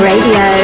Radio